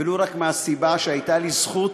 ולו רק מהסיבה שהייתה לי זכות,